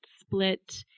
split